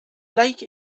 lake